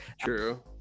True